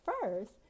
first